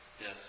Yes